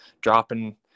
dropping